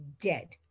dead